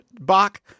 Bach